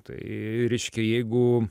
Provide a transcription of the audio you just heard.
tai reiškia jeigu